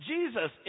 Jesus